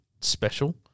special